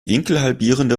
winkelhalbierende